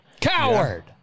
Coward